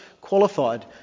qualified